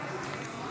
נמנעים,